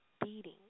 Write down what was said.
beating